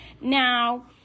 Now